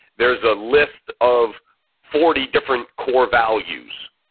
there's a list of forty different core values.